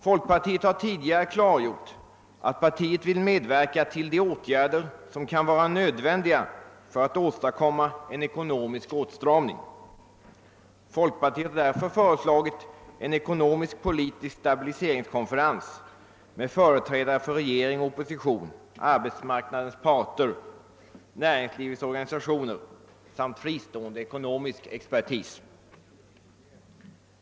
Folkpartiet har tidigare klargjort, att partiet vill medverka till de åtgärder som kan vara nödvändiga för att åstadkomma en ekonomisk åtstramning, och har därför föreslagit en ekonomisk-polistisk stabiliseringskonferens med företrädare för regeringen, oppositionen, arbetsmarknadens parter, näringslivets organisationer samt fristående ekonomisk expertis.